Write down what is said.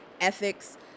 ethics